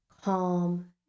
calm